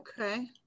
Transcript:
Okay